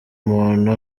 muntu